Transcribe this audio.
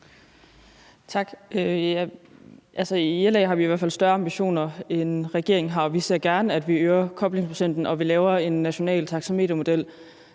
Tak. I LA har vi i hvert fald større ambitioner, end regeringen har, og vi ser gerne, at vi øger koblingsprocenten, og at vi laver en national taxametermodel